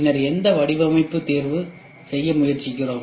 பின்னர் இந்த வடிவமைப்பை தேர்வு செய்ய முயற்சிக்கிறோம்